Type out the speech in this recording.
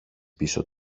πίσω